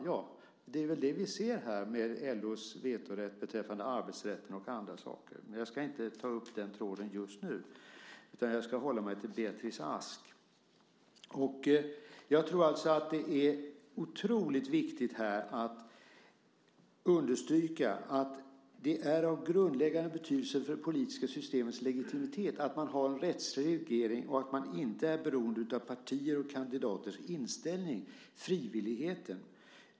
Ja, det är väl det vi ser här med LO:s vetorätt beträffande arbetsrätten och andra saker. Jag ska dock inte ta upp den tråden just nu, utan jag ska hålla mig till Beatrice Ask. Jag tror alltså att det är otroligt viktigt här att understryka att det är av grundläggande betydelse för det politiska systemets legitimitet att man har en rättslig reglering och att man inte är beroende av partier och kandidaters inställning. Jag tänker på frivilligheten.